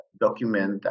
document